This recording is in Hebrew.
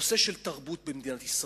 נושא של תרבות במדינת ישראל.